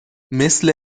مثل